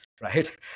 right